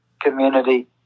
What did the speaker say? community